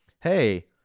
Hey